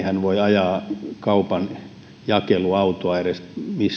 hän ei voi ajaa kaupan jakeluautoa edes